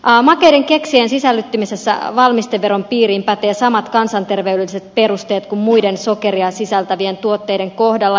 makeiden keksien sisällyttämisessä valmisteveron piiriin pätee samat kansanterveydelliset perusteet kuin muiden sokeria sisältävien tuotteiden kohdalla